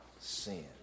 sin